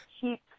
keep